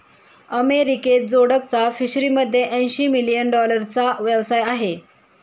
अमेरिकेत जोडकचा फिशरीमध्ये ऐंशी मिलियन डॉलरचा व्यवसाय आहे